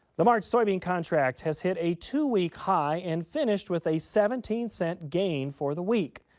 the march soybean contract has hit a two week high and finished with a seventeen cent gain for the week.